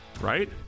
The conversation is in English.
Right